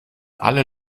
alle